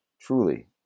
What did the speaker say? Truly